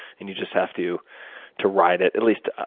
and you just have to to ride it. at least,